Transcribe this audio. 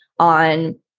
on